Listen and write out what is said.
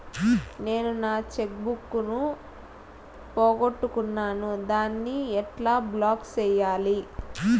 నేను నా cheque book ను పోగొట్టుకున్నాను దాన్ని ఎట్లా బ్లాక్ సేయాలి?